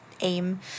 aim